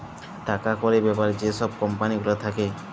টাকা কড়ির ব্যাপারে যে ছব কম্পালি গুলা থ্যাকে